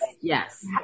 yes